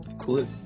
Cool